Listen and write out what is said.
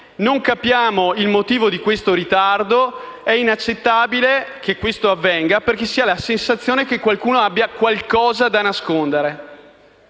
non capiamo il motivo di questo ritardo. È inaccettabile che questo avvenga, perché si ha la sensazione che qualcuno abbia qualcosa da nascondere.